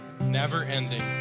never-ending